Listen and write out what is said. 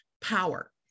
power